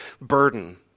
burden